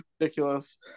ridiculous